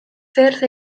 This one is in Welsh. ffyrdd